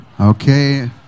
Okay